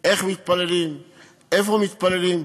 איך מתפללים ואיפה מתפללים.